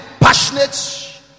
passionate